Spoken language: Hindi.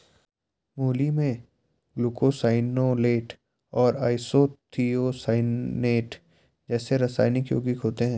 मूली में ग्लूकोसाइनोलेट और आइसोथियोसाइनेट जैसे रासायनिक यौगिक होते है